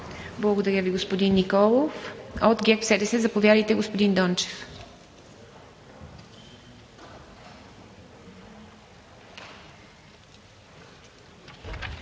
Благодаря Ви, господин Николов. От ГЕРБ-СДС? Заповядайте, господин Дончев.